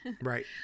right